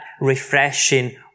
refreshing